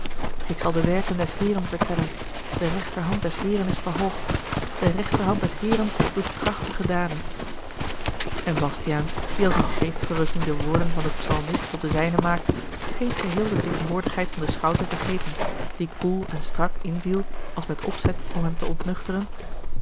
ik zal de werken des heeren vertellen de rechterhand des heeren is verhoogd de rechterhand des heeren doet krachtige daden en bastiaan die als in geestverrukking de woorden van den psalmist tot de zijne maakte scheen geheel de tegenwoordigheid van den schout te vergeten die koel en strak inviel als met opzet om hem te